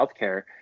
healthcare